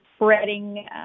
spreading